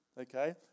Okay